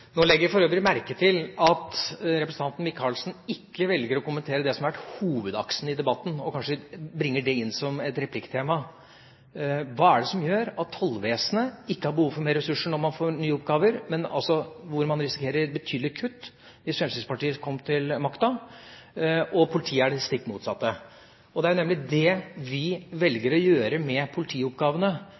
som har vært hovedaksen i debatten og bringe det inn som et replikktema: Hva er det som gjør at tollvesenet ikke har behov for mer ressurser når de får nye oppgaver – de risikerer betydelig kutt hvis Fremskrittspartiet kommer til makten – og at det er stikk motsatt i politiet? Det er nemlig det vi velger å gjøre med politioppgavene,